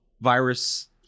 virus